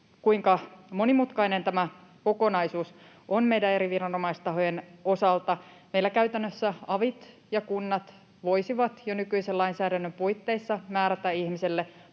kuinka monimutkainen tämä kokonaisuus on meidän eri viranomaistahojen osalta. Meillä käytännössä avit ja kunnat voisivat jo nykyisen lainsäädännön puitteissa määrätä ihmiselle